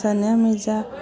Sania Mirza